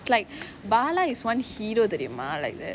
it's like bala is one hero தெரியுமா:teriyumaa like that